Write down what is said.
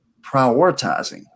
prioritizing